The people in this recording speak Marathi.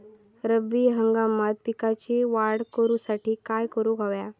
रब्बी हंगामात पिकांची वाढ करूसाठी काय करून हव्या?